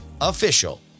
official